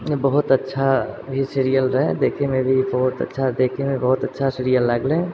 बहुत अच्छा ई सीरियल रहै देखैमे भी बहुत अच्छा देखैमे बहुत अच्छा सीरियल लागलै